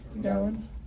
Darwin